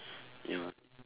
ya